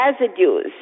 residues